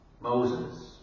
Moses